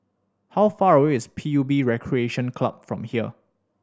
how far away is P U B Recreation Club from here